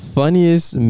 funniest